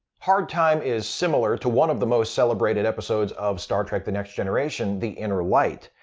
hard time is similar to one of the most celebrated episodes of star trek the next generation, the inner light,